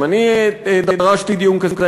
וגם אני דרשתי דיון כזה.